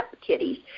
kitties